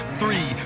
three